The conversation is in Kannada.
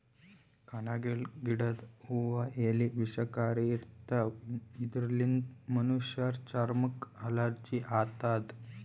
ಕಣಗಿಲ್ ಗಿಡದ್ ಹೂವಾ ಎಲಿ ವಿಷಕಾರಿ ಇರ್ತವ್ ಇದರ್ಲಿನ್ತ್ ಮನಶ್ಶರ್ ಚರಮಕ್ಕ್ ಅಲರ್ಜಿ ಆತದ್